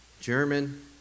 German